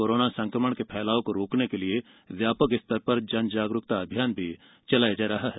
corona संक्रमण के फैलाव को रोकने के लिए व्यापक स्तर पर जन जागरूकता अभियान चलाया जा रहा है